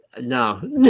No